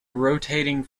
rotating